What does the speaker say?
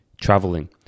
traveling